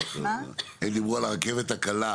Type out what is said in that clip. הם דיברו על הרכבת הקלה,